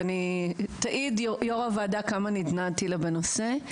ותעיד יו"ר הוועדה כמה נדנדתי לה בנושא.